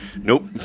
Nope